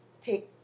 take